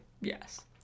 Yes